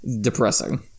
depressing